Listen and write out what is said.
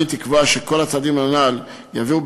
אני תקווה שכל הצעדים הנ"ל יביאו,